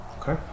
Okay